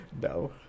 No